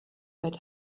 great